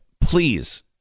please